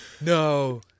No